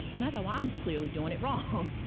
and i thought, well i'm clearly doing it wrong,